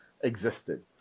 existed